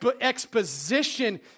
exposition